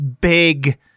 big –